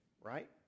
right